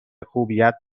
خوبیت